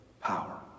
power